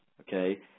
okay